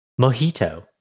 mojito